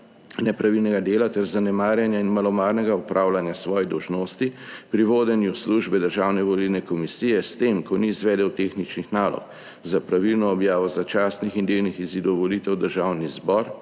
nepravilnega dela ter zanemarjanja in malomarnega opravljanja svojih dolžnosti pri vodenju službe Državne volilne komisije s tem, ko ni izvedel tehničnih nalog za pravilno objavo začasnih in delnih izidov volitev v Državni zbor,